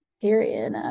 period